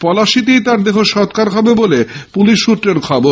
পলাশীতেই তার দেহ সৎকার হবে বলে পুলিশ সূত্রে খবর